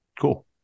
cool